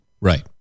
Right